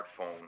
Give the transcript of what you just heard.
smartphone